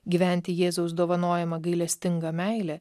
gyventi jėzaus dovanojama gailestinga meile